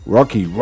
Rocky